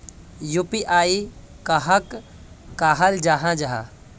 UPI कहाक कहाल जाहा जाहा?